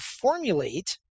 formulate